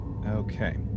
Okay